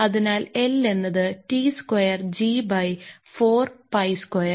അതിനാൽ L എന്നത് t square g 4 pi square